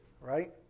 right